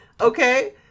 okay